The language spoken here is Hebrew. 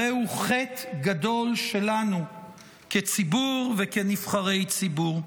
הרי הוא חטא גדול שלנו כציבור וכנבחרי ציבור.